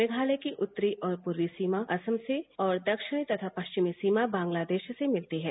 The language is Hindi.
मेघालय की उत्तरी और पूर्वी सीमा असम से और दक्षिणी तथा पश्चिमी सीमा बांग्लादेश से मिलती हैं